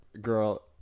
Girl